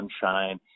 sunshine